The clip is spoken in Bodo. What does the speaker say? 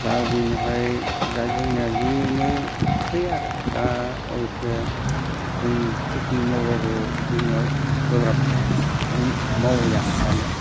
दा बेनिफ्राय दा जोंनिया बेनोसै आरो दा अबयस्से जों खेति मावबाबो जोंनियाव गोब्राब मावलिया दानिया